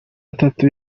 atatu